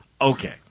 Okay